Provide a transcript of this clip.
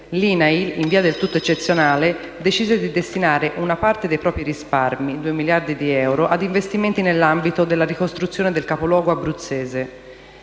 l'INAIL, in via del tutto eccezionale, decise di destinare una parte dei propri risparmi, 2 miliardi di euro, ad investimenti nell'ambito della ricostruzione del capoluogo abruzzese.